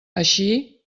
així